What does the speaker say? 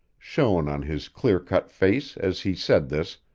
shone on his clear-cut face as he said this,